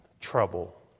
trouble